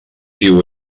diu